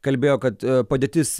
kalbėjo kad padėtis